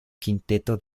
quinteto